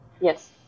Yes